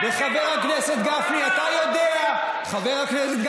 אני רוצה לדעת אם לימוד תורה עוזר לעם ישראל,